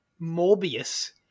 Morbius